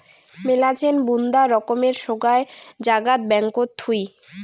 মেলাছেন বুন্দা রকমের সোগায় জাগাত ব্যাঙ্কত থুই